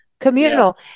communal